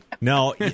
No